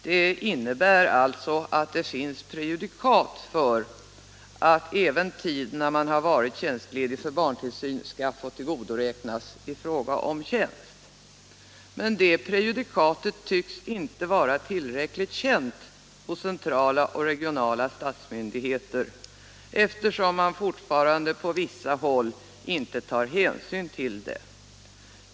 Det innebär alltså att det finns prejudikat för att även tid när man har varit tjänstledig för barntillsyn skall få tillgodoräknas i fråga om tjänst. Detta prejudikat tycks inte vara tillräckligt känt hos centrala och regionala statsmyndigheter eftersom man fortfarande, åtminstone på vissa håll, inte tar hänsyn till det.